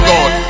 God